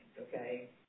okay